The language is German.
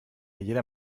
jeder